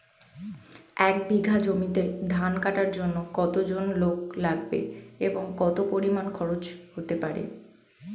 এক বিঘা জমিতে ধান কাটার জন্য কতজন লোক লাগবে এবং কত পরিমান খরচ হতে পারে?